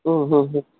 മ് ഹ് ഹ